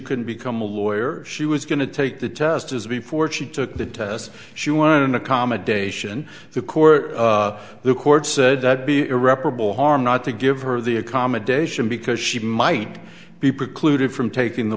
couldn't become a lawyer she was going to take the test as before she took the test she wanted an accommodation the court the court said that be irreparable harm not to give her the accommodation because she might be precluded from taking the